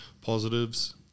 positives